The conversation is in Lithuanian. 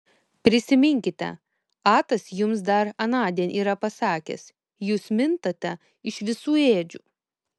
prisiminkite atas jums dar anądien yra pasakęs jūs mintate iš visų ėdžių